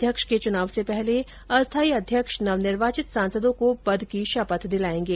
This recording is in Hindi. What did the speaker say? अध्यक्ष के चुनाव से पहले अस्थाई अध्यक्ष नवनिर्वाचित सांसदों को पद की शपथ दिलाएंगे